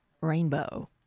Rainbow